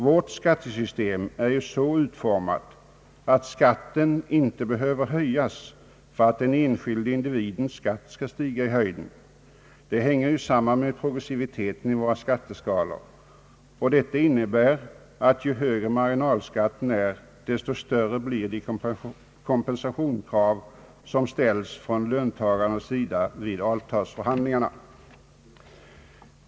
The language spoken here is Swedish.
Vårt skattesystem är ju så utformat att skatten inte behöver höjas för att den enskilde individens skatt skall stiga i höjden. Det hänger ju samman med progressiviteten i våra skatteskalor. Detta innebär att ju högre marginalskatten är, desto större blir de kompensationskrav som ställs från löntagarnas sida vid avtalsförhandlingarna.